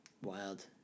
wild